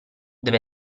deve